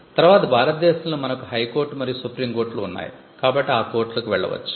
తర్వాత భారతదేశంలో మనకు హైకోర్టు మరియు సుప్రీంకోర్టులు ఉన్నాయి కాబట్టి ఆ కోర్టులకు వెళ్ళవచ్చు